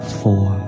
four